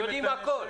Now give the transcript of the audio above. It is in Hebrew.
יודעים הכול